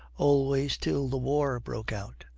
always till the war broke out.